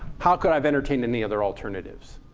how could i have entertained any other alternatives?